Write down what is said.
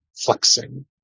flexing